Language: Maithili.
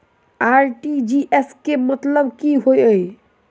आर.टी.जी.एस केँ मतलब की होइ हय?